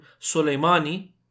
Soleimani